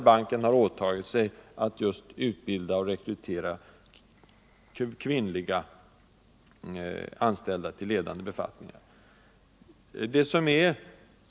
Banken har alltså åtagit sig att utbilda och rekrytera kvinnliga anställda till ledande befattningar.